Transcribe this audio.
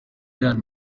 real